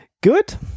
Good